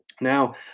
now